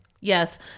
Yes